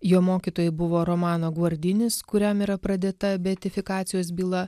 jo mokytojai buvo romano gvardinis kuriam yra pradėta beatifikacijos byla